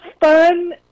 fun